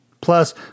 Plus